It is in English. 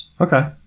Okay